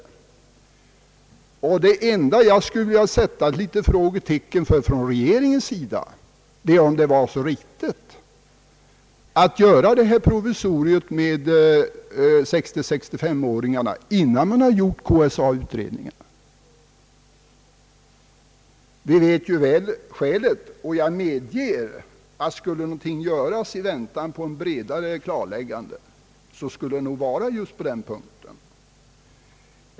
Det enda beträffande regeringens hållning som jag skulle vilja sätta ett litet frågetecken för är om det är så riktigt att göra detta provisorium med 60—65-åringarna innan man genomför de KSA-utredningen. Vi känner ju till skälet, och jag medger att om något skulle göras i väntan på ett bredare klarläggande, skulle det vara just på denna punkt.